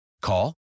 Call